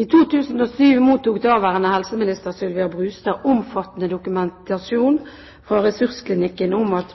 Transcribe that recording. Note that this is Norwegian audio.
I 2007 mottok daværende helseminister Sylvia Brustad omfattende dokumentasjon fra Ressursklinikken om at